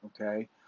Okay